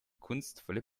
kunstvolle